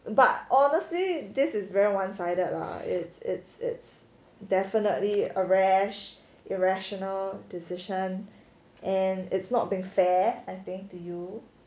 but honestly this is very one sided lah it's it's it's definitely a rash irrational decision and it's not being fair I think to you